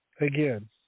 Again